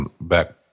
back